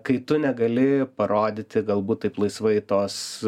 kai tu negali parodyti galbūt taip laisvai tos